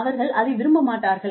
அவர்கள் அதை விரும்ப மாட்டார்கள்